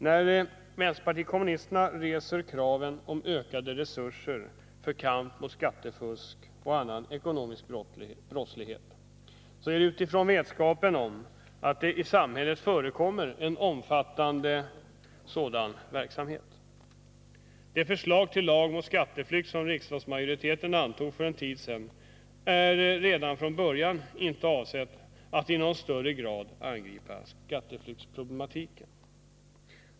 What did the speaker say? När vpk reser kraven på ökade resurser för kamp mot skattefusk och annan ekonomisk brottslighet är det utifrån vetskapen om att det i samhället förekommer en omfattande sådan verksamhet. Det förslag till lag mot skatteflykt som riksdagsmajoriteten antog för en tid sedan är redan från början inte avsett att i någon större grad angripa skatteflyktsproblematiken.